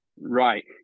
Right